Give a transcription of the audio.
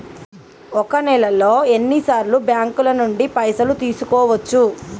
ఒక నెలలో ఎన్ని సార్లు బ్యాంకుల నుండి పైసలు తీసుకోవచ్చు?